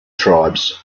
tribes